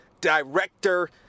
director